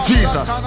Jesus